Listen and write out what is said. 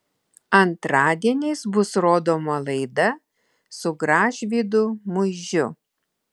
antradieniais bus rodoma laida su gražvydu muižiu